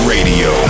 Radio